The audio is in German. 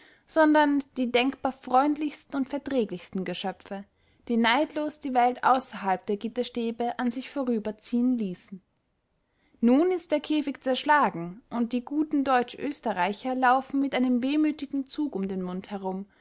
sondern die denkbar freundlichsten und verträglichsten geschöpfe die neidlos die welt außerhalb der gitterstäbe an sich vorüberziehen ließen nun ist der käfig zerschlagen und die guten deutsch-österreicher laufen mit einem wehmütigen zug um den mund herum